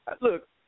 Look